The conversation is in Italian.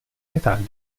metalli